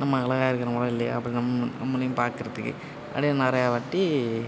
நம்ம அழகாக இருக்கிறமா இல்லையா அப்படி நம் நம்மளையும் பார்க்குறத்துக்கு அப்படியே நிறையாவாட்டி